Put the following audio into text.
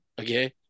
okay